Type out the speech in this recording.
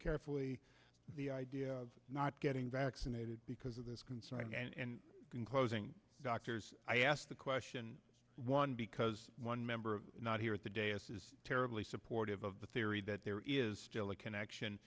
carefully the idea of not getting vaccinated because of this concern and in closing doctors i asked the question one because one member of not here at the day as is terribly supportive of the theory that there is still a connection